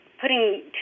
putting